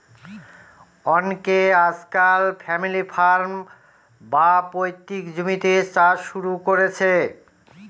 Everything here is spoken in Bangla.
অনকে আজকাল ফ্যামিলি ফার্ম, বা পৈতৃক জমিতে চাষ শুরু করেছে